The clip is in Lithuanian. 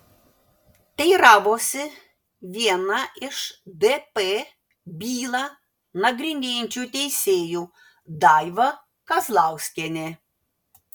teiravosi viena iš dp bylą nagrinėjančių teisėjų daiva kazlauskienė